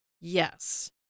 Yes